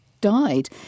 died